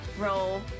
roll